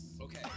Okay